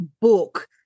book